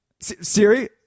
Siri